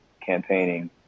campaigning